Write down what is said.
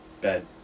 bed